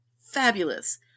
Fabulous